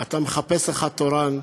אתה מחפש לך תורן.